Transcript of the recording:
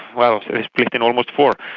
well, they split in almost four.